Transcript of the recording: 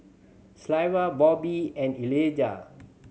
Sylva Bobbi and Elijah